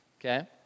Okay